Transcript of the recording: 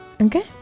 Okay